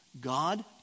God